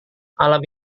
alam